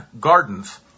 gardens